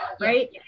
Right